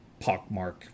Pockmark